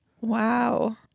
Wow